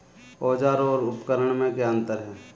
औज़ार और उपकरण में क्या अंतर है?